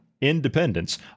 independence